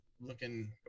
looking